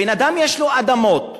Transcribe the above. בן-אדם יש לו אדמות,